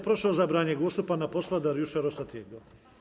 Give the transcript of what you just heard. Proszę o zabranie głosu pana posła Dariusza Rosatiego.